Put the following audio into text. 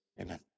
amen